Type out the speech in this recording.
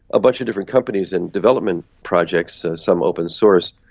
a bunch of different companies and development projects, some open source,